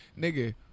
nigga